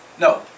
No